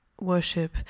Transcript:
worship